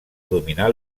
dominar